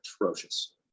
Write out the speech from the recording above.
atrocious